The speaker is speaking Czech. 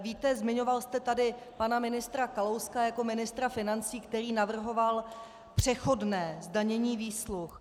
Víte, zmiňoval jste tady pana ministra Kalouska jako ministra financí, který navrhoval přechodné zdanění výsluh.